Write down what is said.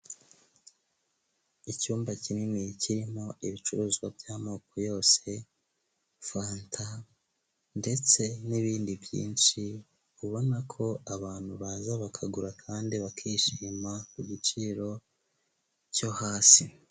Nimba ufite telefone uzakore uko ushoboye umenye kuyikoresha wandika ibintu byinshi bitandukanye mu mabara atandukanye bizatuma uyibyaza umusaruro uhagije.